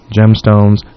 gemstones